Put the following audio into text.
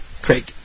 Craig